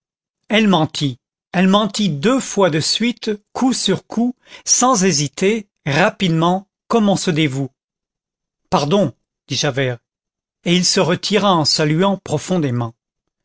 elle mentit elle mentit deux fois de suite coup sur coup sans hésiter rapidement comme on se dévoue pardon dit javert et il se retira en saluant profondément